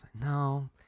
No